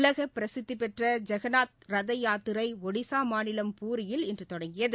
உலக பிரசித்திபெற்ற ஜெகநாத் ரத யாத்திரை ஒடிஸா மாநிலம் பூரியில் இன்று தொடங்கியது